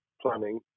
planning